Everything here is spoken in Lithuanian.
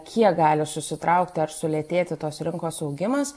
kiek gali susitraukti ar sulėtėti tos rinkos augimas